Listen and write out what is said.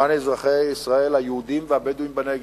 למען אזרחי ישראל היהודים והבדואים בנגב,